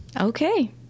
Okay